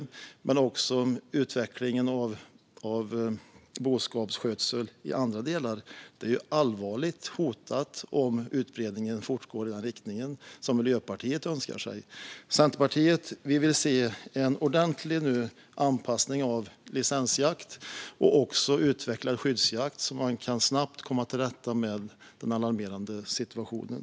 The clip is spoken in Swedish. Även utvecklingen av boskapsskötsel i andra delar blir allvarligt hotad om utbredningen fortgår i den riktning som Miljöpartiet önskar sig. Centerpartiet vill nu se en ordentlig anpassning av licensjakt och en utvecklad skyddsjakt så att man snabbt kan komma till rätta med den alarmerande situationen.